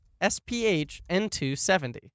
SPH-N270